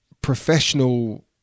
professional